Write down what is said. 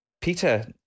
Peter